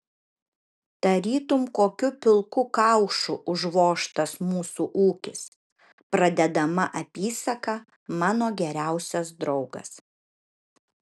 tarytum kokiu pilku kaušu užvožtas mūsų ūkis pradedama apysaka mano geriausias draugas